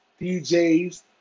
DJs